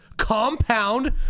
compound